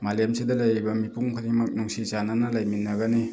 ꯃꯥꯂꯦꯝꯁꯤꯗ ꯂꯩꯔꯤꯕ ꯃꯤꯄꯨꯝ ꯈꯨꯗꯤꯡꯃꯛ ꯅꯨꯡꯁꯤ ꯆꯥꯟꯅꯅ ꯂꯩꯃꯤꯟꯅꯒꯅꯤ